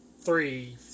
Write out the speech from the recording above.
three